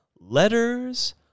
Letters